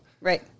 right